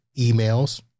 emails